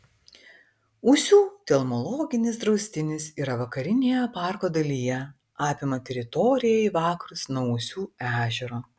ūsių telmologinis draustinis yra vakarinėje parko dalyje apima teritoriją į vakarus nuo ūsių ežero